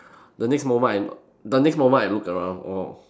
the next moment I the next moment I look around oh